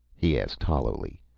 he asked hollowly.